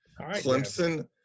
Clemson